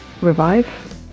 Revive